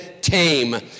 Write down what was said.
tame